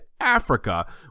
Africa